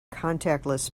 contactless